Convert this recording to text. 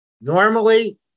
Normally